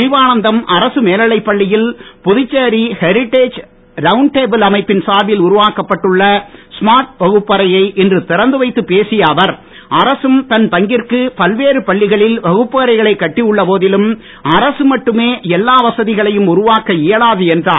ஜீவானந்தம் அரசு மேல்நிலைப் பள்ளியில் புதுச்சேரி ஹெரிட்டேஜ் ரவுண்ட் டேபிள் அமைப்பின் சார்பில் உருவாக்கப்பட்டுள்ள ஸ்மார்ட் வகுப்பறையை இன்று திறந்து வைத்துப் பேசிய அவர் அரசும் தன் பங்கிற்கு பல்வேறு பள்ளிகளில் வகுப்பறைகளை கட்டி உள்ள போதிலும் அரசு மட்டுமே எல்லா வசதிகளையும் உருவாக்க இயலாது என்றார்